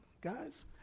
guys